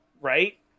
right